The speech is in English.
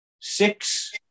six